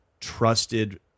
trusted